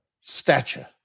Stature